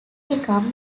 become